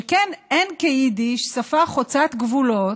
שכן אין כיידיש שפה חוצה גבולות,